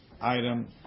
item